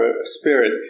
spirit